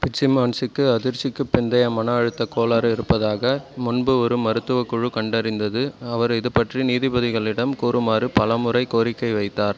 ஃபிட்ஸிமான்ஸுக்கு அதிர்ச்சிக்குப் பிந்தைய மனஅழுத்தக் கோளாறு இருப்பதாக முன்பு ஒரு மருத்துவக் குழு கண்டறிந்தது அவர் இதுபற்றி நீதிபதிகளிடம் கூறுமாறு பலமுறை கோரிக்கை வைத்தார்